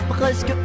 presque